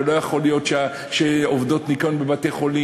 ולא יכול להיות שעובדות ניקיון בבתי-חולים,